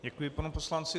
Děkuji panu poslanci.